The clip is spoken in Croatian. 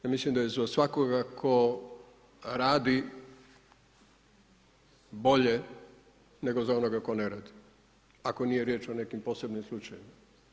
Ja mislim da je za svakoga tko radi bolje nego za onoga tko ne radi, ako nije riječ o nekim posebnim slučajevima.